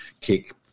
kick